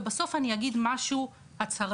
ובסוף אני אגיד משהו הצהרתי,